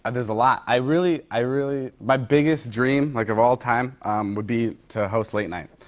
ah there's a lot. i really i really my biggest dream, like, of all time would be to host late night.